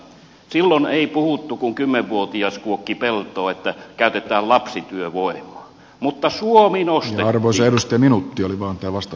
silloin ei puhuttu kun kymmenvuotias kuokki peltoa että käytetään lapsityövoimaa mutta suomi nostettiin